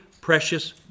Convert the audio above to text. precious